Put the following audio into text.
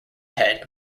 head